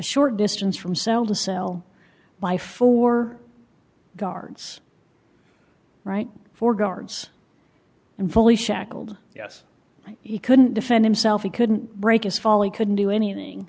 short distance from so to sell by four guards right four guards and fully shackled yes he couldn't defend himself he couldn't break his folly couldn't do anything